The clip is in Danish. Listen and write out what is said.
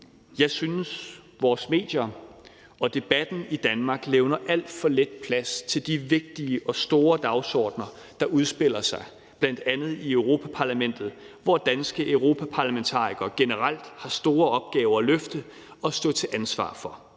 Jeg synes, vores medier og debatten i Danmark levner alt for lidt plads til de vigtige og store dagsordener, der udspiller sig bl.a. i Europa-Parlamentet, hvor danske europaparlamentarikere generelt har store opgaver at løfte og stå til ansvar for.